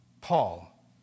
Paul